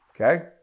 Okay